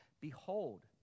Behold